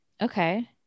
Okay